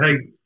Hey